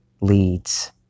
leads